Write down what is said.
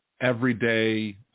everyday